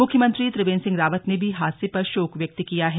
मुख्यमंत्री त्रिवेन्द्र सिंह रावत ने भी हादसे पर शोक व्यक्त किया है